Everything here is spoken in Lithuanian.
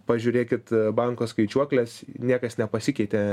pažiūrėkit banko skaičiuokles niekas nepasikeitė